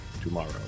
tomorrow